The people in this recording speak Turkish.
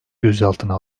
gözaltına